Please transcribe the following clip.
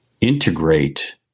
integrate